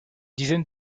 dizaine